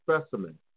specimen